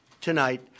tonight